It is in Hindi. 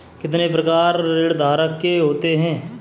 कितने प्रकार ऋणधारक के होते हैं?